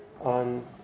on